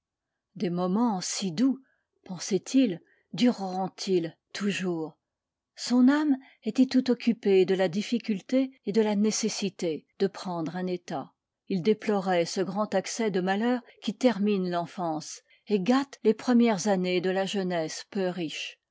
des moments si doux pensait-il dureront ils toujours son âme était tout occupée de la difficulté et de la nécessité de prendre un état il déplorait ce grand accès de malheur qui termine l'enfance et gâte les premières années de la jeunesse peu riche